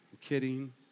kidding